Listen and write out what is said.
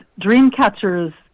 Dreamcatcher's